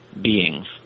beings